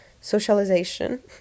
socialization